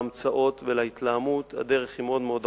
להמצאות ולהתלהמות הדרך מאוד מאוד ארוכה.